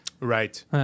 right